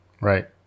Right